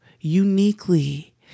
uniquely